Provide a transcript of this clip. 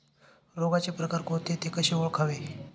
रोगाचे प्रकार कोणते? ते कसे ओळखावे?